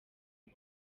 aho